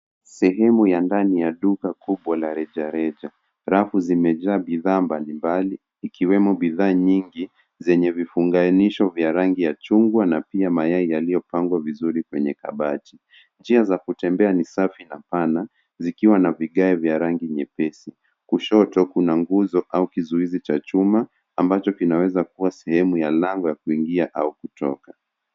Sehemu ya ndani ya duka kubwa la rejareja rafu zimejaa bidhaa mbalimbali ikiwemo bidhaa nyingi zenye vifunganisho vya rangi ya chungwa na pia mayai yaliyopangwa vizuri kwenye kabati, njia za kutembea ni safi na pana zikiwa na vigae vya rangi nyepesi kushoto kuna nguzo au kizuizi cha chuma ambacho kinaweza kuwa sehemu ya lango ya kuingia au kutoka.